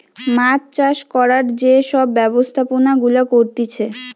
মাছ চাষ করার যে সব ব্যবস্থাপনা গুলা করতিছে